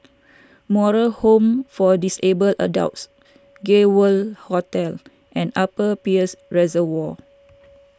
Moral Home for Disabled Adults Gay World Hotel and Upper Peirce Reservoir